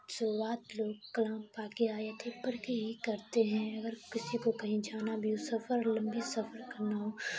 شروعات لوگ کلام پاک کی آیتیں پڑھ کے ہی کرتے ہیں اگر کسی کو کہیں جانا بھی ہو سفر ہو لمبی سفر کرنا ہو